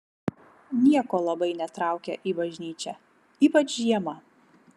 nieko labai netraukia į bažnyčią ypač žiemą